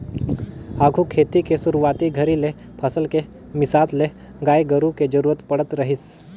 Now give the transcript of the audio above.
आघु खेती के सुरूवाती घरी ले फसल के मिसात ले गाय गोरु के जरूरत पड़त रहीस